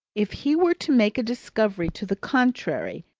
if he were to make a discovery to the contrary,